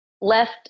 left